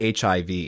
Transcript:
hiv